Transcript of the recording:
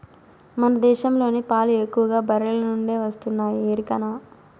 మన దేశంలోని పాలు ఎక్కువగా బర్రెల నుండే వస్తున్నాయి ఎరికనా